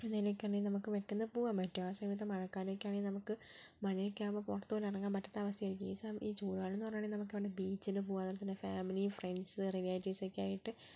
എന്തെങ്കിലുമൊക്കെയുണ്ടെങ്കിൽ നമുക്ക് പെട്ടെന്ന് പോകാൻ പറ്റും ആ സമയത്ത് മഴക്കാലമൊക്കെ ആണെങ്കിൽ നമുക്ക് മഴയൊക്കെ ആകുമ്പോൾ പുറത്തുപോലും ഇറങ്ങാൻ പറ്റാത്ത അവസ്ഥയായിരിക്കും ഈ സമയം ഈ ചൂട് കാലമെന്ന് പറയുകയാണെങ്കിൽ നമുക്ക് എവിടെയെങ്കിലും ബീച്ചിലും പോകാം അതുപോലെതന്നെ ഫാമിലി ഫ്രണ്ട്സ് റിലേറ്റീവ്സൊക്കെയായിട്ട്